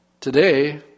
Today